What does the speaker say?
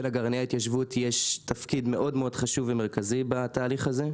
לגרעיני ההתיישבות יש תפקיד מאוד-מאוד חשוב ומרכזי בתהליך הזה.